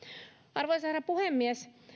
arvoisa herra puhemies